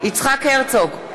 יצחק הרצוג,